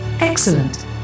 Excellent